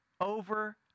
Over